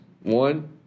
One